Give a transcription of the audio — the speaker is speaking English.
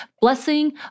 Blessing